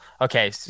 okay